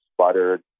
sputtered